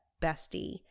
bestie